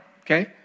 okay